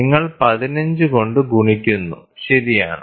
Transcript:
നിങ്ങൾ 15 കൊണ്ട് ഗുണിക്കുന്നു ശരിയാണ്